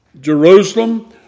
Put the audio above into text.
Jerusalem